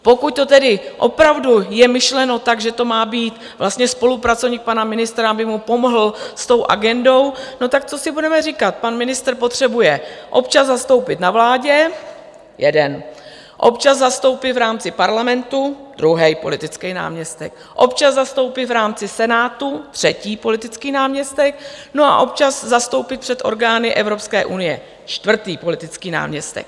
Pokud to tedy opravdu je myšleno tak, že to má být spolupracovník pana ministra, aby mu pomohl s tou agendou, no, tak co si budeme říkat, pan ministr potřebuje občas zastoupit na vládě jeden, občas zastoupit v rámci Parlamentu druhý politický náměstek, občas zastoupit v rámci Senátu třetí politický náměstek, no a občas zastoupit před orgány Evropské unie čtvrtý politický náměstek.